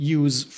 use